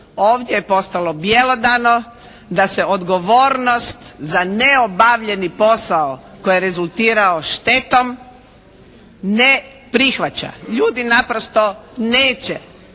ovdje je postalo bjelodano da se odgovornost za neobavljeni posao koji je rezultirao štetom ne prihvaća. Ljudi naprosto neće